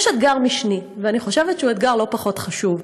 יש אתגר משני, ואני חושבת שהוא אתגר לא פחות חשוב,